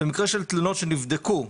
במקרה של תלונות שנבדקו,